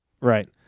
Right